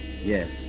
Yes